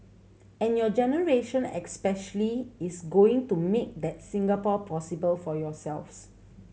and your generation especially is going to make that Singapore possible for yourselves